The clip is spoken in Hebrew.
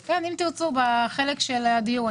כן, ארחיב על כך בחלק של הדיון אם תרצו.